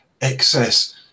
excess